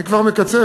אני כבר מקצר,